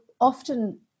often